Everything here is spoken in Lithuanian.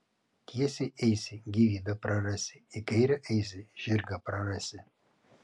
tiesiai eisi gyvybę prarasi į kairę eisi žirgą prarasi